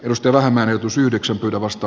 ystävän menetys yhdeksän tulevasta